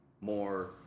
more